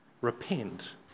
repent